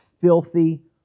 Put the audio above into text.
filthy